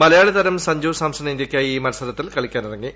മലയാളി താരം സഞ്ജു സാംസൺ ഇന്ത്യയ്ക്കായി ഈ മിൽസരത്തിൽ കളിക്കാനിറങ്ങി